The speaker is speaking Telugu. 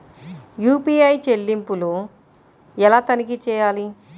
యూ.పీ.ఐ చెల్లింపులు ఎలా తనిఖీ చేయాలి?